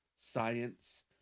science